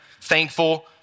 thankful